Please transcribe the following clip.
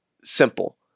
simple